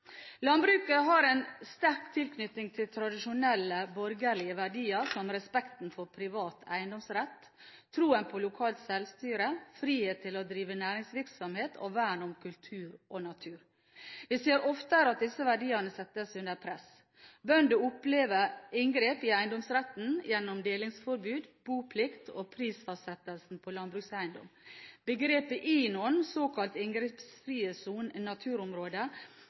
Landbruket har en sterk tilknytning til tradisjonelle borgerlige verdier som respekten for privat eiendomsrett, troen på lokalt selvstyre, frihet til å drive næringsvirksomhet og vern om kultur og natur. Vi ser oftere at disse verdiene settes under press. Bønder opplever inngrep i eiendomsretten, gjennom delingsforbud, boplikt og prisfastsettelsene på landbrukseiendom. Begrepet «INON», såkalt inngrepsfrie naturområder, er en stor utfordring i